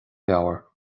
leabhar